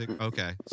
Okay